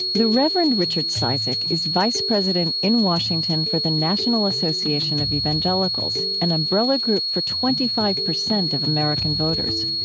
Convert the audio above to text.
the reverend richard cizik is vice president in washington for the national association of evangelicals, an umbrella group for twenty five percent of american voters.